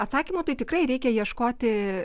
atsakymų tai tikrai reikia ieškoti